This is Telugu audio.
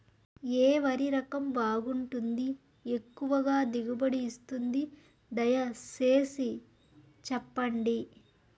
ఏ వరి రకం బాగుంటుంది, ఎక్కువగా దిగుబడి ఇస్తుంది దయసేసి చెప్పండి?